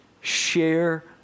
share